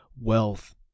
wealth